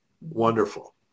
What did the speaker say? Wonderful